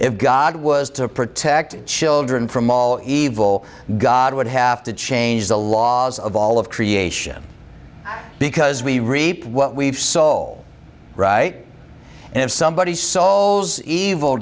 if god was to protect children from all evil god would have to change the laws of all of creation because we reap what we've saw all right and if somebody souls ev